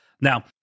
Now